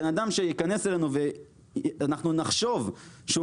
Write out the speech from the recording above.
בן אדם שייכנס אלינו ואנחנו נחשוב שהוא